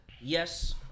yes